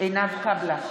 עינב קאבלה,